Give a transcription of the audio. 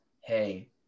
hey